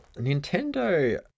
Nintendo